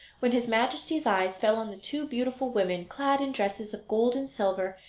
when his majesty's eyes fell on the two beautiful women, clad in dresses of gold and silver,